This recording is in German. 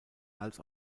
als